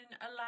allow